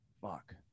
fuck